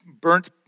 burnt